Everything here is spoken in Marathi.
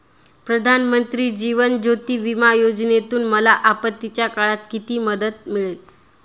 प्रधानमंत्री जीवन ज्योती विमा योजनेतून मला आपत्तीच्या काळात किती मदत मिळेल?